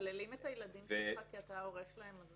כשמקללים את הילדים שלך כי אתה ההורה שלהם אז